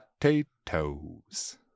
Potatoes